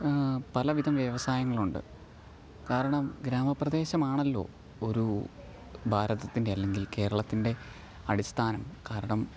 പലവിധ വ്യവസായങ്ങളുണ്ട് കാരണം ഗ്രാമപ്രദേശമാണല്ലോ ഒരു ഭാരതത്തിന്റെ അല്ലെങ്കില് കേരളത്തിന്റെ അടിസ്ഥാനം കാരണം